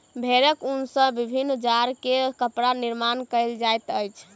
भेड़क ऊन सॅ विभिन्न जाड़ के कपड़ा निर्माण कयल जाइत अछि